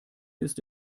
ist